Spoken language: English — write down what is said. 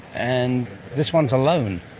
and this one is alone.